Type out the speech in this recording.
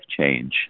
change